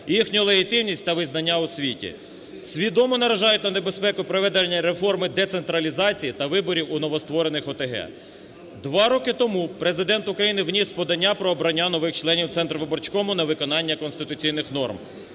їхню легітимність та визнання у світі, свідомо наражають на небезпеку проведення реформи децентралізації та виборів у новостворених ОТГ. Два роки тому Президент України вніс подання про обрання нових членів Центрвиборчкому на виконання конституційних норм.